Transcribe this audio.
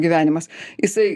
gyvenimas jisai